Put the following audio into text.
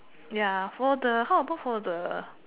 ya for the how about for the